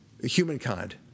Humankind